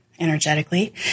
energetically